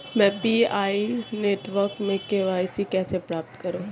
मैं PI network में KYC कैसे प्राप्त करूँ?